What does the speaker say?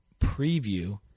preview